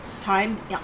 time